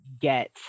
get